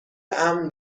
امن